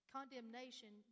Condemnation